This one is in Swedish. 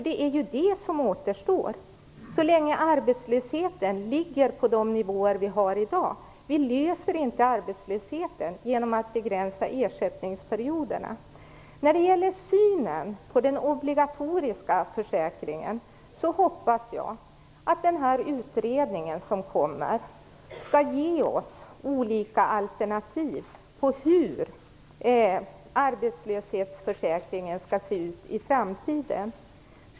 Det är ju det som återstår så länge arbetslösheten ligger på dagens nivåer. Vi löser inte arbetslöshetsproblemet genom att begränsa ersättningsperioderna. Jag hoppas att den utredning som kommer skall ge oss olika alternativ för hur arbetslöshetsförsäkringen skall se ut i framtiden.